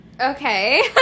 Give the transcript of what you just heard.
Okay